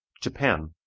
JAPAN